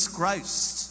Christ